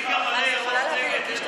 בבקשה.